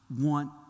want